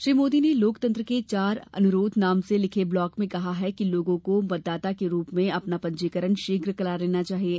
श्री मोदी ने लोकतंत्र के चार अनुरोध नाम से लिखे ब्लॉग में कहा है कि लोगों को मतदाता के रूप में अपना पंजीकरण शीघ्र करा लेना चाहिये